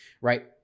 right